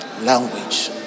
Language